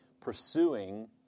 pursuing